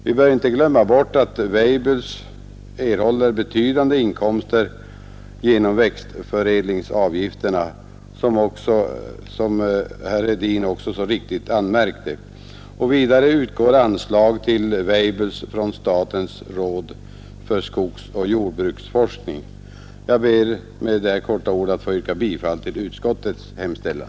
Vi bör inte glömma bort att Weibulls erhåller betydande inkomster genom växtförädlingsavgifterna som herr Hedin också så riktigt anmärkte. Vidare utgår anslag till Weibulls från statens råd för skogsoch jordbruksforskning. Jag ber med dessa få ord att få yrka bifall till utskottets hemställan.